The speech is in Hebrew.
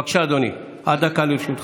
בבקשה, אדוני, עד דקה לרשותך.